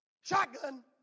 Shotgun